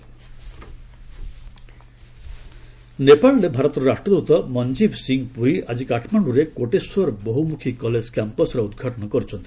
India Nepal ନେପାଳରେ ଭାରତର ରାଷ୍ଟ୍ରଦୃତ ମନ୍ଜୀଭ୍ ସିଂହ ପୁରି ଆଜି କାଠମାଣ୍ଟୁରେ କୋଟେଶ୍ୱର ବହୁମୁଖୀ କଲେଜ୍ କ୍ୟାମ୍ପସ୍ର ଉଦ୍ଘାଟନ କରିଛନ୍ତି